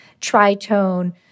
tritone